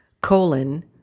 colon